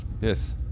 Yes